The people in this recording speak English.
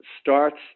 starts